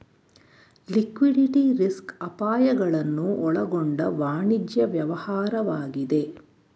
liquidity risk ಅಪಾಯಗಳನ್ನು ಒಳಗೊಂಡ ವಾಣಿಜ್ಯ ವ್ಯವಹಾರವಾಗಿದೆ